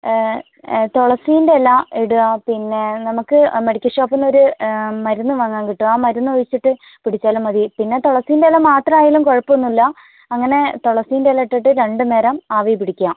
തുളസീൻ്റെ ഇല ഇടുക പിന്നെ നമുക്ക് മെഡിക്കൽ ഷോപ്പിൽ നിന്നൊരു മരുന്ന് വാങ്ങാൻ കിട്ടും ആ മരുന്ന് ഒഴിച്ചിട്ട് പിടിച്ചാലും മതി പിന്നെ തുളസീൻ്റെ ഇല മാത്രമായാലും കുഴപ്പമൊന്നുമില്ല അങ്ങനെ തുളസീൻ്റെ അങ്ങനെ ഇല ഇട്ടിട്ട് രണ്ട് നേരം ആവിപിടിക്കുക